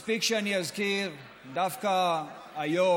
מספיק שאני אזכיר, דווקא היום,